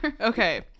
okay